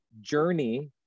journey